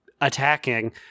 attacking